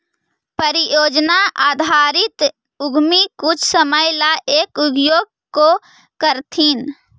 परियोजना आधारित उद्यमी कुछ समय ला एक उद्योग को करथीन